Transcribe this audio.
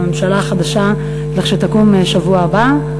עם הממשלה החדשה לכשתקום בשבוע הבא,